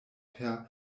per